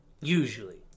Usually